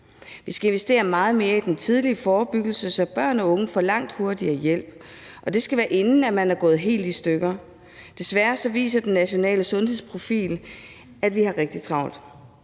Vi skal investere meget mere i den tidlige forebyggelse, så børn og unge langt hurtigere får hjælp, og det skal være, inden man er gået helt i stykker. Desværre viser den nationale sundhedsprofil, at vi har rigtig travlt.